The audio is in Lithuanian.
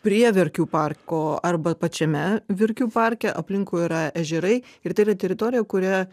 prie verkių parko arba pačiame verkių parke aplinkui yra ežerai ir tai yra teritorija kurioje